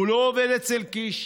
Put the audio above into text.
הוא לא עובד אצל קיש.